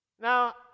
Now